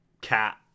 cat